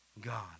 God